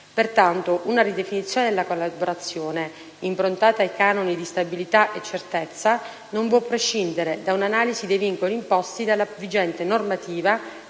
Pertanto, una ridefinizione della collaborazione improntata ai canoni di stabilità e certezza non può prescindere da un'analisi dei vincoli imposti dalla vigente normativa